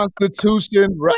constitution